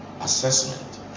assessment